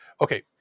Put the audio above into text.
okay